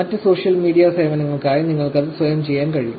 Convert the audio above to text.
മറ്റ് social media സേവനങ്ങൾക്കായി നിങ്ങൾക്ക് അത് സ്വയം ചെയ്യാൻ കഴിയും